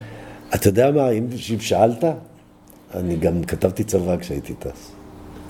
אתה יודע מה, אם שאלת, אני גם כתבתי צבא כשהייתי טס